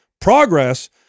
progress